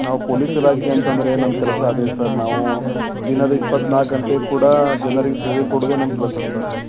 ನಾವು ಪೊಲೀಸ್ ಇಲಾಖೆ ಅಂತಂದರೆ ನಮ್ಮ ಕೆಲಸ ಅದೇ ಸರ್ ನಾವು ದಿನದ ಇಪ್ಪತ್ನಾಲ್ಕು ಗಂಟೆ ಕೂಡ ಜನರಿಗೆ ಸೇವೆ ಕೊಡುದೆ ನಮ್ಮ ಕೆಲಸ ಸರ್